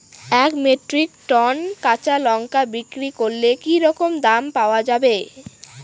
এক metric ton কাঁচা লঙ্কা বিক্রি করলে কি রকম দাম পাওয়া যাবে?